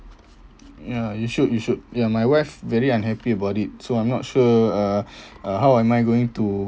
ya you should you should ya my wife very unhappy about it so I'm not sure uh uh how am I going to